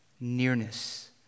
Nearness